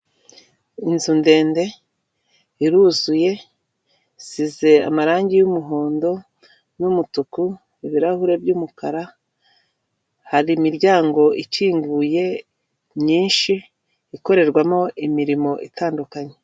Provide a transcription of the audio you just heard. Inzu ndende iruzuye isize amarangi y'umuhondo n'umutuku, ibirahure by'umukara hari imiryango ikinguye myinshi ikorerwamo imirimo itandukanye.